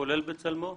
כולל בצלמו?